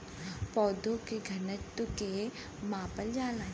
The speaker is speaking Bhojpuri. पौधा के घनत्व के मापल जाला